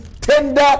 tender